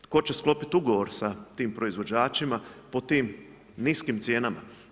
Tko će sklopiti ugovor po tim proizvođačima, po tim niskim cijenama?